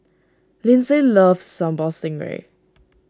Lyndsay loves Sambal Stingray